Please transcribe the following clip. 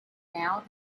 now